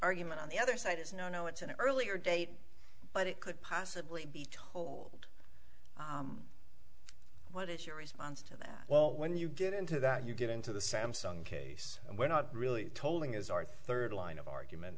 argument on the other side is no no it's an earlier date but it could possibly be told what is your response to that well when you get into that you get into the samsung case and we're not really tolling is our third line of argument